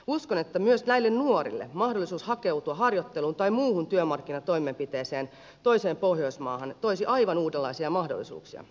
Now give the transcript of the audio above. uskon että myös näille nuorille mahdollisuus hakeutua harjoitteluun tai muuhun työmarkkinatoimenpiteeseen toiseen pohjoismaahan toisi aivan uudenlaisia mahdollisuuksia